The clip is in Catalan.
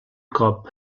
cop